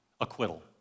acquittal